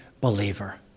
believer